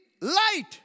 light